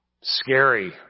scary